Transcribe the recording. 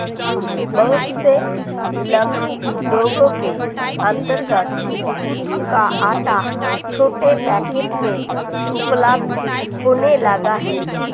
बहुत से लघु उद्योगों के अंतर्गत कूटू का आटा छोटे पैकेट में उपलब्ध होने लगा है